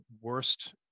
worst